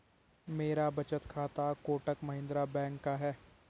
मेरा बचत खाता कोटक महिंद्रा बैंक का है